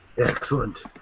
Excellent